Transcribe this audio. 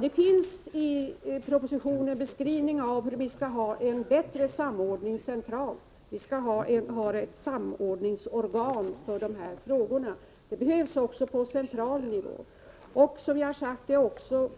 Det finns i propositionen en beskrivning av hur vi skall ha en bättre samordning centralt. Vi skall ha ett samordningsorgan för dessa frågor — det behövs också på central nivå. Som jag sagt